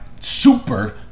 super